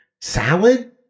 salad